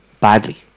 badly